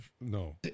No